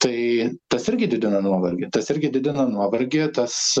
tai tas irgi didina nuovargį tas irgi didina nuovargį tas